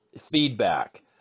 feedback